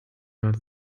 not